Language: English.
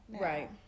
right